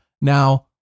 Now